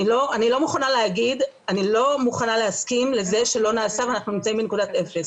אני לא מוכנה להסכים לזה שלא נעשה ואנחנו נמצאים בנקודת אפס,